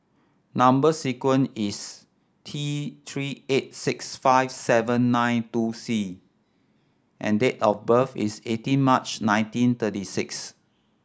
number sequence is T Three eight six five seven nine two C and date of birth is eighteen March nineteen thirty six